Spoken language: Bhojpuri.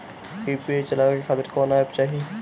यू.पी.आई चलवाए के खातिर कौन एप चाहीं?